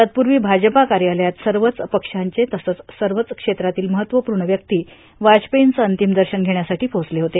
तत्पूर्वी भाजपा कार्यालयात सर्वच पक्षाचे तसंच सर्वच क्षेत्रातील महत्वपूर्ण व्यक्ती वाजपेर्यींचं अंतिम दर्शन घेण्यासाठी पोहोचले होते